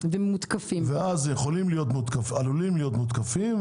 ואז עלולים להיות מותקפים.